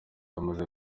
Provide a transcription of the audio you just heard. amaze